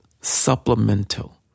supplemental